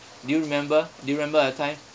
do you remember do you remember a time